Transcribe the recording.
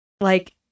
like-